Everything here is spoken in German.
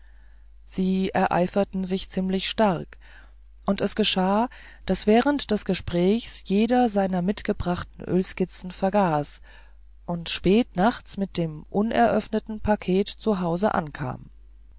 sie ereiferten sich ziemlich stark und es geschah daß während des gesprächs jeder seiner mitgebrachten ölskizzen vergaß und spät nachts mit dem uneröffneten paket zu hause ankam